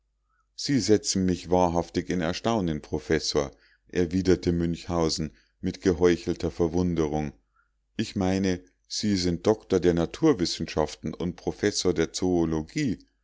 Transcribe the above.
sie setzen mich wahrhaftig in erstaunen professor erwiderte münchhausen mit geheuchelter verwunderung ich meine sie sind doktor der naturwissenschaften und professor der zoologie